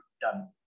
done